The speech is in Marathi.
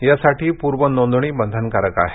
यासाठी पूर्वनोंदणी बंधनकारक आहे